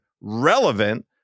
relevant